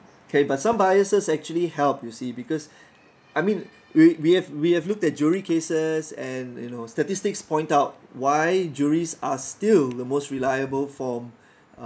K but some biases actually help you see because I mean we we have we have looked at jury cases and you know statistics point out why juries are still the most reliable form